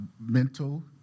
mental